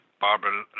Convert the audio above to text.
Barbara